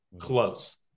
close